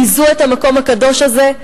ביזו את המקום הקדוש הזה,